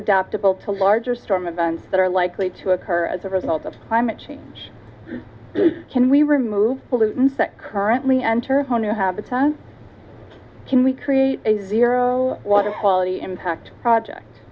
adaptable to larger storm events that are likely to occur as a result of climate change can we remove pollutants that currently enter whole new habitat can we create a zero water quality impact project